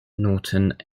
norton